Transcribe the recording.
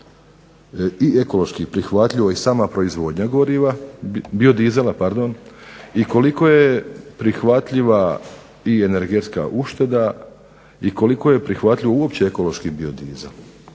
je ekološki prihvatljiva proizvodnja bio dizela i koliko je prihvatljiva i energetska ušteda i koliko je prihvatljiv ekološki bio dizel.